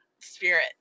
spirit